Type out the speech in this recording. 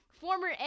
former